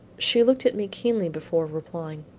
she looked at me keenly before replying.